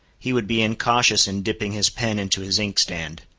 he would be incautious in dipping his pen into his inkstand.